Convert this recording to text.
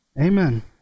Amen